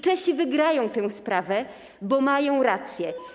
Czesi wygrają te sprawę, bo mają rację.